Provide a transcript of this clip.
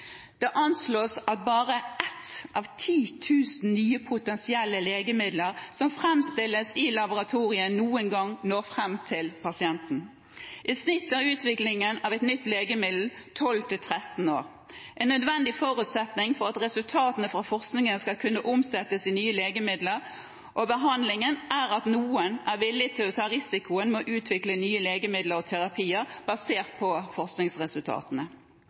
Det anslås at bare ett av 10 000 nye potensielle legemidler som framstilles i laboratoriet, noen gang når fram til pasienten. I snitt tar utviklingen av et nytt legemiddel 12 til 13 år. En nødvendig forutsetning for at resultatene fra forskningen skal kunne omsettes i nye legemidler og behandlinger, er at noen er villig til å ta risikoen med å utvikle nye legemidler og terapier basert på forskningsresultatene.